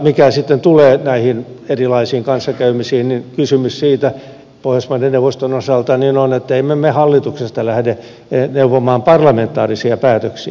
mitä sitten tulee näihin erilaisiin kanssakäymisiin niin kysymys on pohjoismaiden neuvoston osalta siitä että emme me hallituksesta lähde neuvomaan parlamentaarisia päätöksiä